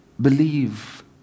believe